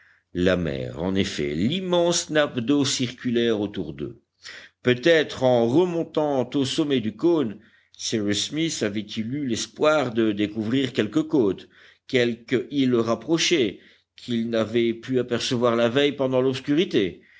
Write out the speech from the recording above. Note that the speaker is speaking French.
la mer en effet l'immense nappe d'eau circulaire autour d'eux peut-être en remontant au sommet du cône cyrus smith avait-il eu l'espoir de découvrir quelque côte quelque île rapprochée qu'il n'avait pu apercevoir la veille pendant l'obscurité